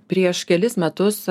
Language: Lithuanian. prieš kelis metus